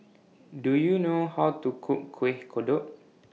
Do YOU know How to Cook Kueh Kodok